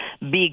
big